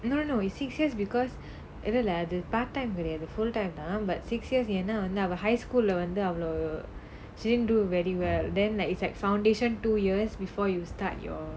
no no no it's six years because இல்ல இல்ல அது:illa illa athu part-time கெடயாது:kedayaathu full-time தான்:thaan but six years என்ன வந்து அவ:yenna vanthu ava high school வந்து அவ்ளோ சரி பண்ணல:vanthu avlo sari panala she didn't do very well then it's like foundation two years before you start your